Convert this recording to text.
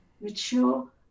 mature